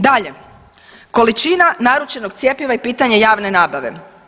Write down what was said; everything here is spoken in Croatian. Dalje, količina naručenog cjepiva i pitanje javne nabave.